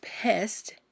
pissed